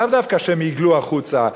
לאו דווקא שהם יגלו החוצה,